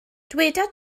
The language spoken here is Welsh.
dyweda